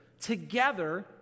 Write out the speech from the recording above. together